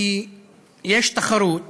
כי יש תחרות